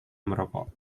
merokok